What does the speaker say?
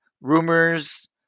rumors